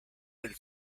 del